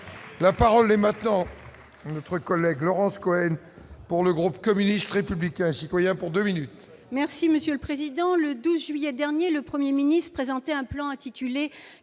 La parole est maintenant. Collègues Laurence Cohen pour le groupe communiste républicain et citoyen pour 2 minutes. Merci monsieur le président, le 2 juillet dernier, le 1er ministre de présenter un plan intitulé